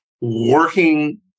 working